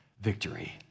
victory